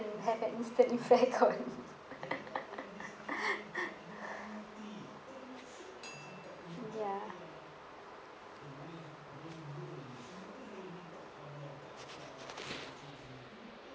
mm have that instant effect kut ya